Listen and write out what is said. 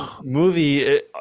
movie